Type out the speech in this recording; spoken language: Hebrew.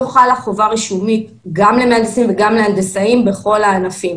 לא חלה חובה רישומית גם למהנדסים וגם להנדסאים בכל הענפים.